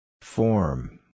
Form